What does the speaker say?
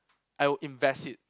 I would invest it